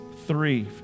three